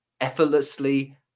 effortlessly